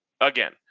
again